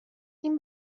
این